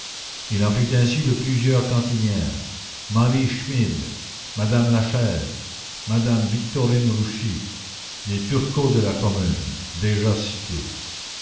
il en fut ainsi de plusieurs cantinières marie schmid madame lachaise madame victorine rouchy des turcos de la commune déjà citées